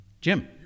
Jim